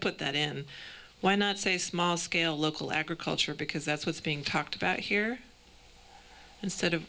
put that in when i say small scale local agriculture because that's what's being talked about here instead of